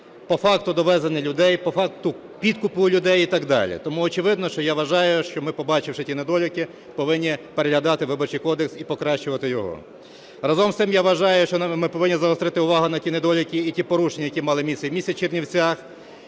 по факту довезення людей, по факту підкупу людей і так далі. Тому очевидно, що я вважаю, що ми, побачивши ті недоліки, повинні переглядати Виборчий кодекс і покращувати його. Разом з тим, я вважаю, що ми повинні загострити увагу на ті недоліки і ті порушення, які мали місце у місті Чернівці,